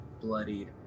bloodied